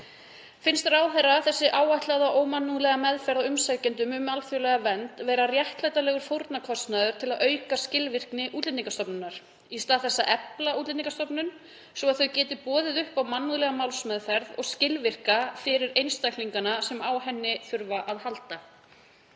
Finnst ráðherra þessi áætlaða ómannúðlega meðferð á umsækjendum um alþjóðlega vernd vera réttlætanlegur fórnarkostnaður til að auka skilvirkni Útlendingastofnunar í stað þess að efla Útlendingastofnun svo að hún geti boðið upp á mannúðlega málsmeðferð og skilvirka fyrir einstaklingana sem þurfa á